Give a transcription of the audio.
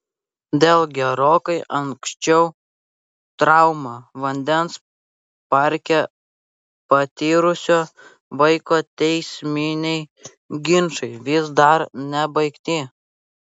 dėl gerokai anksčiau traumą vandens parke patyrusio vaiko teisminiai ginčai vis dar nebaigti